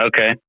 okay